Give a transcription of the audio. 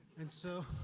and so,